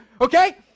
Okay